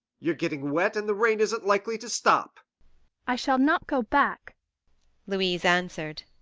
you're getting wet, and the rain isn't likely to stop i shall not go back louise answered,